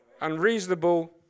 unreasonable